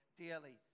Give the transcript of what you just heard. dearly